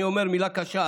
אני אומר מילה קשה,